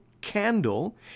candle